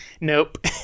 Nope